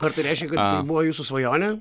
ar tai reiškia kad buvo jūsų svajonė